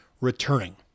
returning